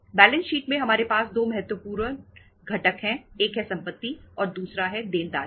balance sheet में हमारे पास दो महत्वपूर्ण घटक है एक है संपत्ति और दूसरा है देनदारियां